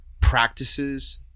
practices